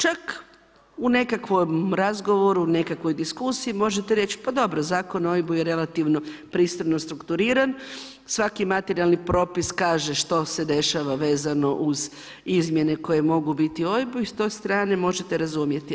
Čak u nekakvom razgovoru, nekakvoj diskusiji možete reći, pa dobro Zakon o OIB-u je relativno pristojno strukturiran, svaki materijalni propis kaže što se dešava vezano uz izmjene koje mogu biti u OIB-u i s te strane možete razumjeti.